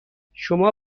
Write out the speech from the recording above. شما